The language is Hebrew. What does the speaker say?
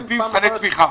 על פי מבחני תמיכה.